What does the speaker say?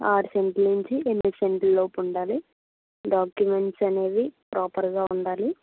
ఆరు సెంట్లు నుంచి ఎనిమిది సెంట్లు లోపు ఉండాలి డాక్యుమెంట్స్ అనేవి ప్రోపర్గా ఉండాలి